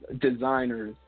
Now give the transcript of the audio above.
designers